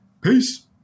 peace